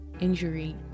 injury